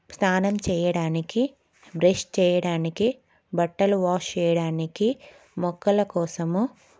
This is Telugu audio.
స్నానం చేయడానికి బ్రష్ చెయ్యడానికి బట్టలు వాష్ చెయ్యడానికి మొక్కల కోసము